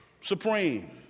supreme